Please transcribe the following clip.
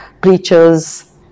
preachers